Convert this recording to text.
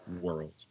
World